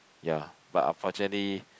ya but unfortunately